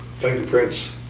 fingerprints